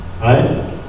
right